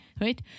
Right